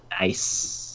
Nice